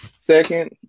Second